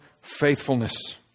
faithfulness